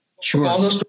sure